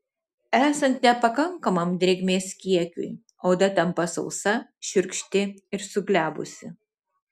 esant nepakankamam drėgmės kiekiui oda tampa sausa šiurkšti ir suglebusi